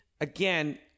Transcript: again